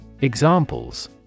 Examples